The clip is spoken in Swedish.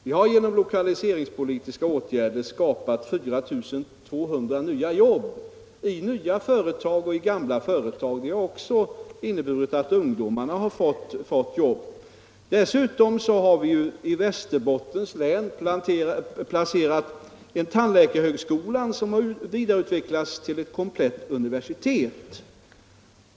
Vi har genom lokaliseringspolitiska åtgärder skapat 4 200 nya jobb i nya och i gamla företag. Det har också inneburit att arbete skapats för ungdomar. Dessutom har vi i Västerbottens län placerat tandläkarhögskolan, som har utvecklats till ett komplett universitet.